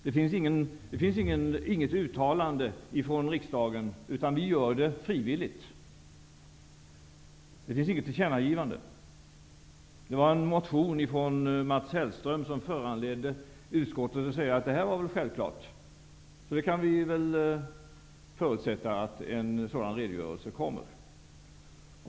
Det finns alltså inget uttalande, tillkännagivande, från riksdagen, utan vi gör detta frivilligt. Det var en motion från Mats Hellström som föranledde utskottet att säga: Det här är väl självklart. Således kan vi väl förutsätta att en redogörelse kommer.